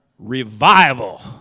Revival